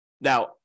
Now